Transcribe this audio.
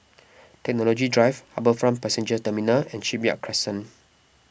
Technology Drive HarbourFront Passenger Terminal and Shipyard Crescent